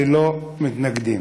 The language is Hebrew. ללא מתנגדים.